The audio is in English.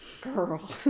Girl